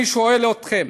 אני שואל אתכם: